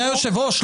אדוני היושב-ראש,